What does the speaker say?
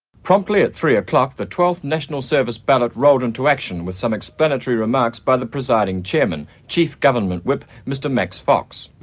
promptly at three o'clock the twelfth national service ballot rolled into action, with some explanatory remarks by the presiding chairman, chief government whip mr max fox.